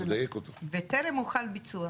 וטרם הוחל ביצוע.